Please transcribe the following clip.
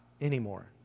anymore